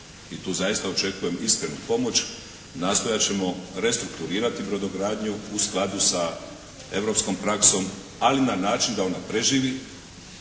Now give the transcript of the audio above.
i tu zaista očekujem iskrenu pomoć, nastojati ćemo restrukturirati brodogradnju u skladu sa europskom praksom ali na način da ona preživi,